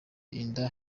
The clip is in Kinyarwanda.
inda